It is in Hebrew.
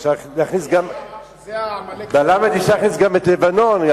בלמ"ד אפשר להכניס גם את לבנון.